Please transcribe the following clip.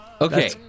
Okay